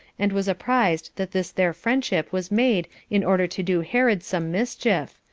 and was apprized that this their friendship was made in order to do herod some mischief,